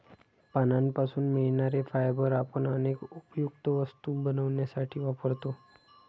पानांपासून मिळणारे फायबर आपण अनेक उपयुक्त वस्तू बनवण्यासाठी वापरतो